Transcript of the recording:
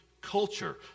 culture